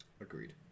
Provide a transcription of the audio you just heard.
Agreed